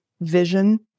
vision